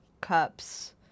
Cups